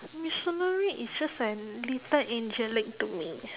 mitsunari is just a little angelic to me